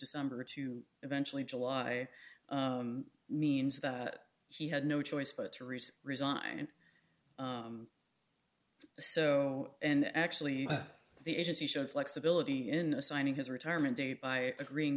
december to eventually july means that she had no choice but to resign resign so and actually the agency showed flexibility in assigning his retirement date by agreeing